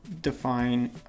define